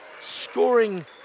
scoring